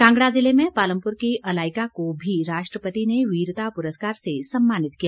कांगड़ा जिले में पालमपुर की अलाइका को भी राष्ट्रपति ने वीरता पुरस्कार से सम्मानित किया